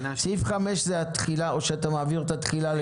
סעיף 5 זה התחילה, או שאתה מעביר את התחילה ל-6.